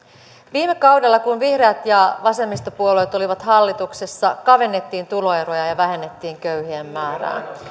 viime kaudella kun vihreät ja vasemmistopuolueet olivat hallituksessa kavennettiin tuloeroja ja vähennettiin köyhien määrää